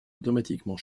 automatiquement